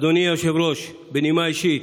אדוני היושב-ראש, בנימה אישית,